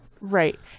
Right